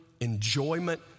enjoyment